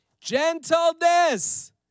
Gentleness